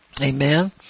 Amen